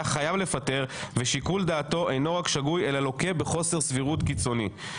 חייב לפטר ושיקול דעתו אינו רק שגוי אלא לוקה בחוסר סבירות קיצוני.